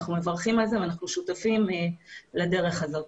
אנחנו מברכים על זה ואנחנו שותפים לדרך הזאת.